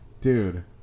dude